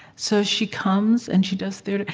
so she comes, and she does theater.